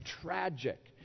tragic